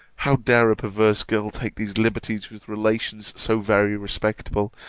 how dare a perverse girl take these liberties with relations so very respectable,